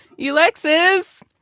Alexis